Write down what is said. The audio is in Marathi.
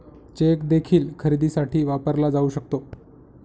चेक देखील खरेदीसाठी वापरला जाऊ शकतो